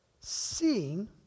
Seeing